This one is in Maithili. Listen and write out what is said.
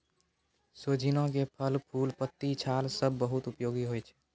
सोजीना के फल, फूल, पत्ती, छाल सब बहुत उपयोगी होय छै